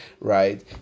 right